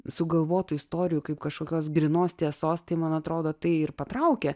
sugalvotų istorijų kaip kažkokios grynos tiesos tai man atrodo tai ir patraukia